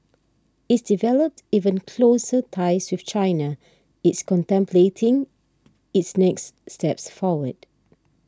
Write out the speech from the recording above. it's developed even closer ties with China it's contemplating its next steps forward